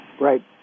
Right